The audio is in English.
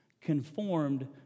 conformed